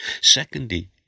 Secondly